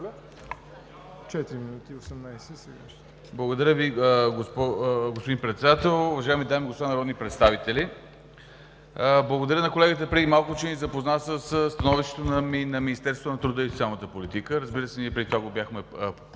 Благодаря Ви, господин Председател. Уважаеми дами и господа народни представители! Благодаря на колегата преди малко, че ни запозна със становището на Министерството на труда и социалната политика – разбира се, ние преди това го бяхме прочели.